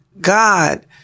God